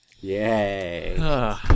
Yay